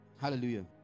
hallelujah